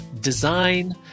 design